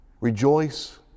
Rejoice